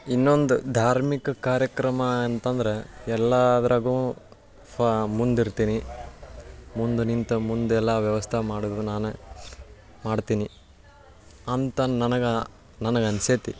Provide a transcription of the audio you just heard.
ಇನ್ನೊಂದು ಧಾರ್ಮಿಕ ಕಾರ್ಯಕ್ರಮ ಅಂತಂದ್ರೆ ಎಲ್ಲಾದ್ರಗೂ ಫಾ ಮುಂದಿರ್ತೀನಿ ಮುಂದೆ ನಿಂತು ಮುಂದೆಲ್ಲ ವ್ಯವಸ್ಥೆ ಮಾಡೋದು ನಾನೇ ಮಾಡ್ತೀನಿ ಅಂತಂದು ನನಗೆ ನನಗೆ ಅನ್ಸೇತಿ